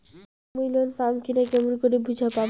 মুই লোন পাম কি না কেমন করি বুঝা পাম?